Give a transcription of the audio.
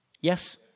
Yes